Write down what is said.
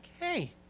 hey